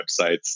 websites